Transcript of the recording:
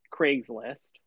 craigslist